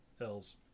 elves